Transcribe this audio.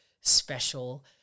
special